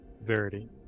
Verity